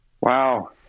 Wow